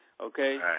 okay